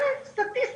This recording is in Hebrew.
דבר ראשון, סטטיסטיקות.